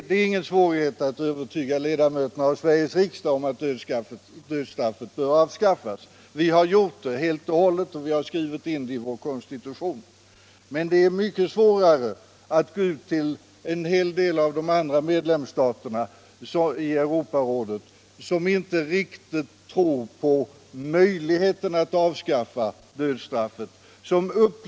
Det är inte svårt att övertyga ledamöterna i Sveriges riksdag om att dödsstraffet bör avskaffas. Vi har avskaffat det: helt och hållet och skrivit in det i vår konstitution. Men det är mycket svårt att övertyga en hel del av de andra medlemsstaterna i Europarådet. De tror inte riktigt på möjligheten att avskaffa dödsstraffet.